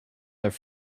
their